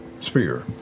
sphere